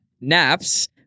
Naps